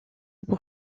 pour